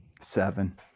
Seven